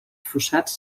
fossats